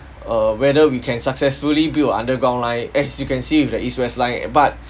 err whether we can successfully build a underground line as you can see with the east west line but